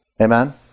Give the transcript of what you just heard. Amen